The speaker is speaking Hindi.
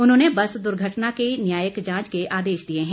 उन्होंने बस दुर्घटना के न्यायिक जांच के आदेश दिए है